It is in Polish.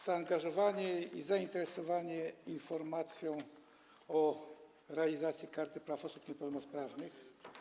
zaangażowanie, za zainteresowanie informacją o realizacji Karty Praw Osób Niepełnosprawnych.